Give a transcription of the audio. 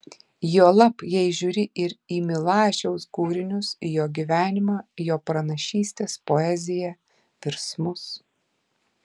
juolab jei žiūri ir į milašiaus kūrinius į jo gyvenimą jo pranašystes poeziją virsmus